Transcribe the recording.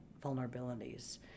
vulnerabilities